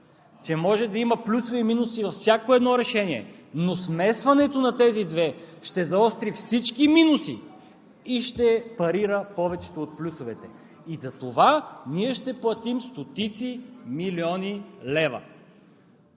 че може да има плюсове и минуси във всяко едно решение, но смесването на тези две ще заостри всички минуси и ще парира повечето от плюсовете и за това ние ще платим стотици милиони лева.